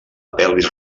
pelvis